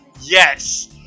yes